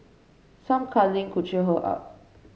some cuddling could cheer her up